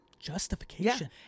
justification